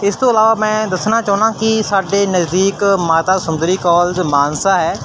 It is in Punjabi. ਇਸ ਤੋਂ ਇਲਾਵਾ ਮੈਂ ਦੱਸਣਾ ਚਾਹੁੰਦਾ ਕਿ ਸਾਡੇ ਨਜ਼ਦੀਕ ਮਾਤਾ ਸੁੰਦਰੀ ਕਾਲਜ ਮਾਨਸਾ ਹੈ